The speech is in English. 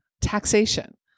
taxation